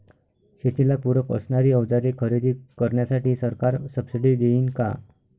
शेतीला पूरक असणारी अवजारे खरेदी करण्यासाठी सरकार सब्सिडी देईन का?